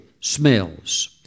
smells